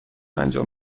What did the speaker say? انجام